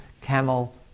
camel